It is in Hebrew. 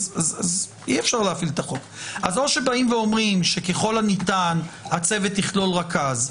אי אפשר להפעיל את החוק - או שבאים ואומרים שככל הניתן הצוות יכלול רכז,